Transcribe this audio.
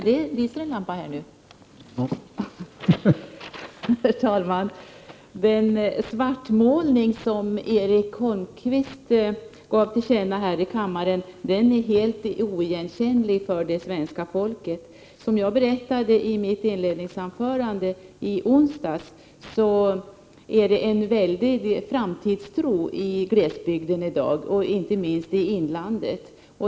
Herr talman! Den svartmålning som Erik Holmkvist gjorde här i kammaren är helt oigenkännlig för det svenska folket. Som jag berättade i mitt inledningsanförande i onsdags, finns det i dag en stark framtidstro i glesbygden, inte minst i inlandet.